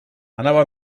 anava